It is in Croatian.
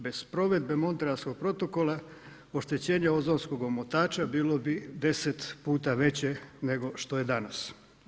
Bez provedbe Montrealskog protokola, oštećenje ozonskog omotača bilo bi 10 puta veće nego što je danas.